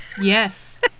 Yes